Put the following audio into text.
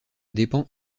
dépend